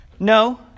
No